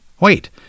Wait